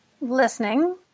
listening